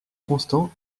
constant